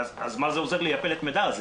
אז מה עוזר לי פלט המידע הזה?